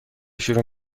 شروع